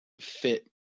fit